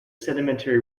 sedimentary